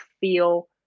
feel